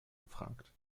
gefragt